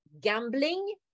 gambling